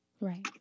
right